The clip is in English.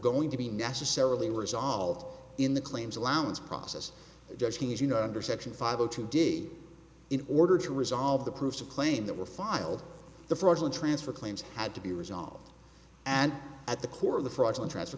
going to be necessarily resolved in the claims allowance process just as you know under section five zero two did in order to resolve the proof of claim that were filed the fraudulent transfer claims had to be resolved and at the core of the fraudulent transfer